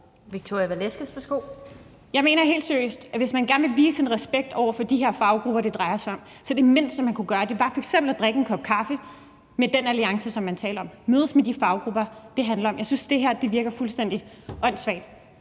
Victoria Velasquez (EL): Jeg mener helt seriøst, at hvis man gerne vil vise respekt over for de faggrupper, det drejer sig om, så var det mindste, man kunne gøre, f.eks. at drikke en kop kaffe med den alliance, som man taler om, mødes med de faggrupper, det handler om. Jeg synes, det her virker fuldstændig åndssvagt.